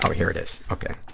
so here it is, okay.